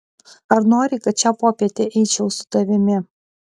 ar nori kad šią popietę eičiau su tavimi